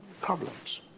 problems